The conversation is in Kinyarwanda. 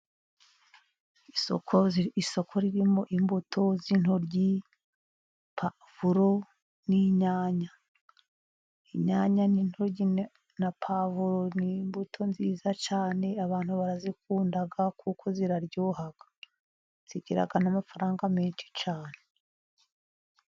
Isoko ririmo imbuto z'intoryi, puwavuro n'inyanya, inyanya n'intoryi na puwavuro ni imbuto nziza cyane abantu barazikunda kuko ziraryoha zigira amfaranga menshi cyane.